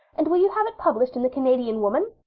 and will you have it published in the canadian woman?